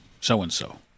so-and-so